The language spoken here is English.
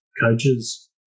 coaches